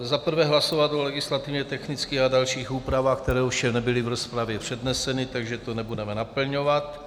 Za prvé hlasovat o legislativně technických a dalších úpravách, které ovšem nebyly v rozpravě předneseny, takže to nebudeme naplňovat.